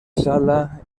sala